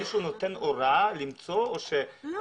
מישהו נותן הוראה למצוא --- לא.